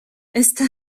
esta